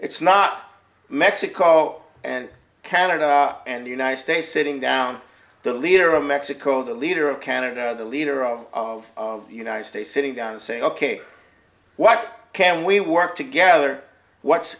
's not mexico and canada and the united states sitting down the leader of mexico the leader of canada the leader of the united states sitting down and say ok what can we work together what